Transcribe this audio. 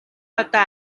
одоо